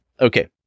okay